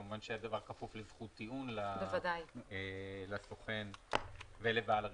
כמובן שהדבר כפוף לזכות טיעון לסוכן ולבעל הרישיון.